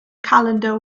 calendar